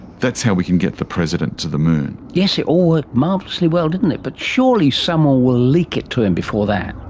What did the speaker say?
that's how we can get the president to the moon. yes, it all worked marvellously well, didn't it, but surely someone will leak it to him before that.